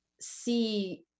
see